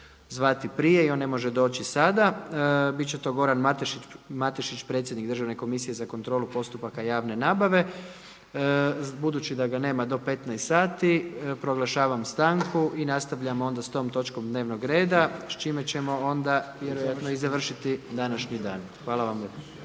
zvati prije i on ne može doći sada. Bit će to Goran Matešić predsjednik Državne komisije za kontrolu postupaka javne nabave. Budući da ga nema do 15 sati proglašavam stanku i nastavljamo onda s tom točkom dnevnog reda s čime ćemo onda vjerojatno i završiti današnji dan. Hvala vam lijepo.